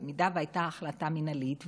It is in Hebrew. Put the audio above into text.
במידה שהייתה החלטה מינהלית,